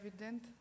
evident